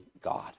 God